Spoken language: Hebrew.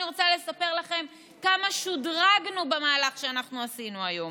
אני רוצה לספר לכם כמה שודרגנו במהלך שעשינו היום: